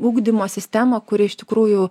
ugdymo sistemą kuri iš tikrųjų